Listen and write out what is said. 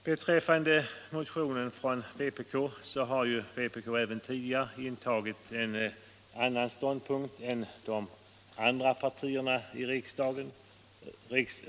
Vad sedan gäller motionen från vpk så har vpk även tidigare i denna fråga intagit en annan ståndpunkt än de andra partierna i riksdagen.